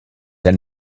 and